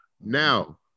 now